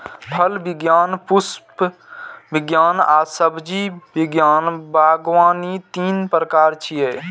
फल विज्ञान, पुष्प विज्ञान आ सब्जी विज्ञान बागवानी तीन प्रकार छियै